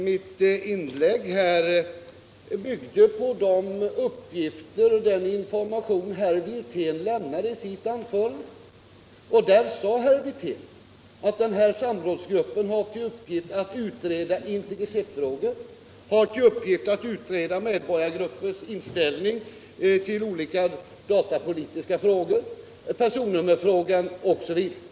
Herr talman! Mitt inlägg byggde på de uppgifter som herr Wirtén lämnade i sitt anförande. Där sade herr Wirtén att samrådsgruppen har till uppgift att utreda integritetsfrågor, medborgargruppers inställning till olika datapolitiska frågor, personnummerfrågan osv.